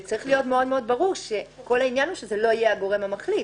צריך להיות ברור שזה לא יהיה הגורם המחליט,